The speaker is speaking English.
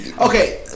Okay